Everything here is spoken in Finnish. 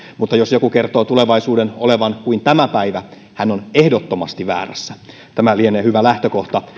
mutta jos joku kertoo tulevaisuuden olevan kuin tämä päivä hän on ehdottomasti väärässä tämä lienee hyvä lähtökohta